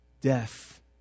death